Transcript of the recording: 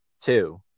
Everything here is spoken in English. two